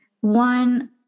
one